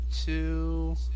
two